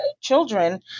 children